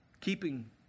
Keeping